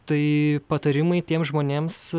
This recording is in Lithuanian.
tai patarimai tiems žmonėms